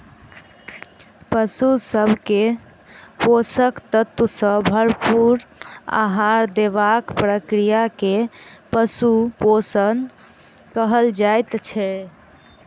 पशु सभ के पोषक तत्व सॅ भरपूर आहार देबाक प्रक्रिया के पशु पोषण कहल जाइत छै